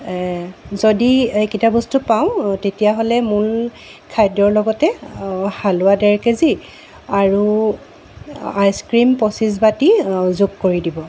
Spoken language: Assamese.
যদি এইকেইটা বস্তু পাওঁ তেতিয়াহ'লে মূল খাদ্যৰ লগতে হালোৱা ডেৰ কেজি আৰু আইচক্ৰীম পঁচিছ বাতি যোগ কৰি দিব